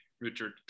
Richard